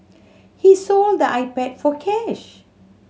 he sold the iPad for cash